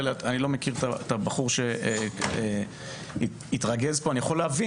אני לא מכיר את הבחור שהתרגז פה אבל אני יכול להבין,